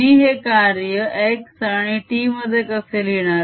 मी हे कार्य x आणि t मध्ये कसे लिहिणार